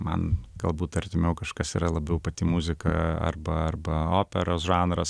man galbūt artimiau kažkas yra labiau pati muzika arba arba operos žanras